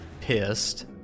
Pissed